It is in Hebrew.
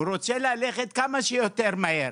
הוא רוצה ללכת כמה שיותר מהר.